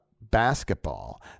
basketball